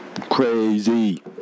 Crazy